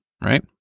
right